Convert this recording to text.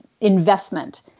investment